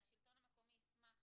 והשלטון המקומי ישמח